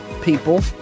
people